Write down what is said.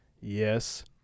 Yes